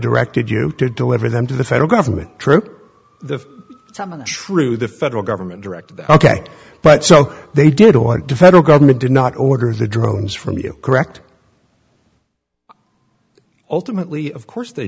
directed you to deliver them to the federal government troop the shrew the federal government direct ok but so they didn't want to federal government did not order the drones from you correct ultimately of course they